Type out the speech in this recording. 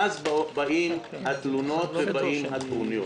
ואז באות התלונות והטרוניות.